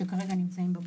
שנמצאים כרגע בבדיקה.